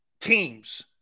teams